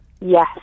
Yes